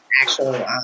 actual